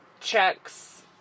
checks